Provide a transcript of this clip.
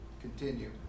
continue